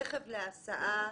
רכב להסעה,